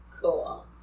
Cool